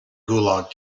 gulag